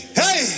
hey